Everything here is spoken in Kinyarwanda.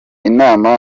inama